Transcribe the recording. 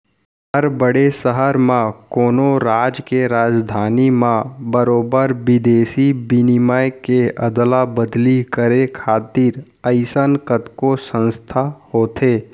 हर बड़े सहर म, कोनो राज के राजधानी म बरोबर बिदेसी बिनिमय के अदला बदली करे खातिर अइसन कतको संस्था होथे